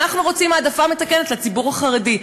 אנחנו רוצים העדפה מתקנת לציבור החרדי.